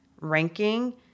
ranking